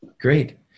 great